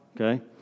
okay